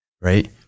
Right